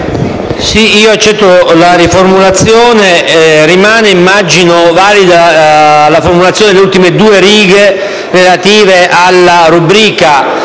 Sì, accetto la riformulazione. Rimane - immagino - valida la formulazione delle ultime due righe relative alla rubrica